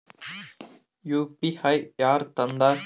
UPI ಯಾರ್ ತಂದಾರ?